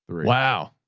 wow.